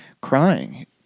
crying